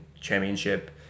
championship